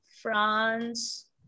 France